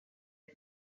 eut